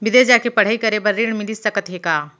बिदेस जाके पढ़ई करे बर ऋण मिलिस सकत हे का?